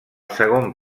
segon